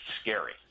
scary